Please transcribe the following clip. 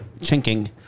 Chinking